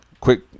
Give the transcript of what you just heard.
quick